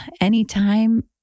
anytime